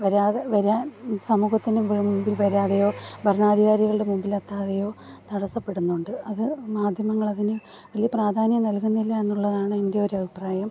വരാതെ വരാൻ സമൂഹത്തിന് മുമ്പിൽ വരാതെയോ ഭരണാധികാരികളുടെ മുമ്പിലെത്താതെയോ തടസ്സപ്പെടുന്നുണ്ട് അത് മാധ്യമങ്ങളതിന് വലിയ പ്രാധാന്യം നൽകുന്നില്ല എന്നുള്ളതാണ് എൻ്റെ ഒരഭിപ്രായം